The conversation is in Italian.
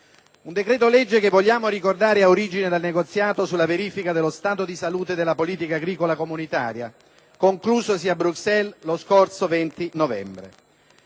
un decreto-legge che, lo voglio ricordare, ha origine dal negoziato sulla verifica dello stato di salute della politica agricola comunitaria conclusosi a Bruxelles lo scorso 20 novembre,